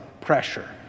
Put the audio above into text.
pressure